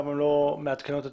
למה הן לא מעדכנות את